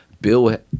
Bill